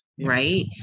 right